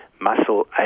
muscle